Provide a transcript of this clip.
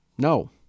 No